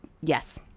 yes